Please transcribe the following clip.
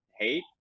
hate